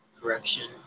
correction